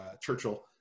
Churchill